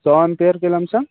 सौ एम्पियर के लमसम